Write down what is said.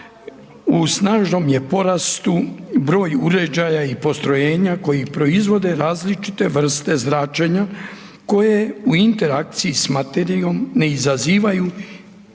u snažnom je porastu broj uređaja i postrojenja koji proizvode različite vrste zračenja koje u interakciji s materijom ne izazivaju